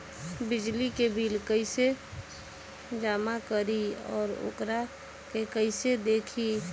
बिजली के बिल कइसे जमा करी और वोकरा के कइसे देखी?